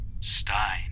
Stein